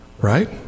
right